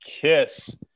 Kiss